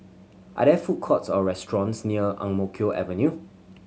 are there food courts or restaurants near Ang Mo Kio Avenue